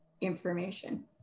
information